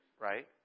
Right